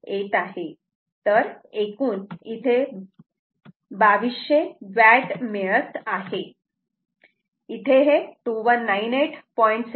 तर एकूण इथे 2200 वॅट मिळत आहे इथे हे 2198